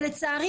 ולצערי,